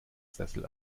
sessel